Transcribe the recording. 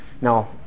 Now